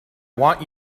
want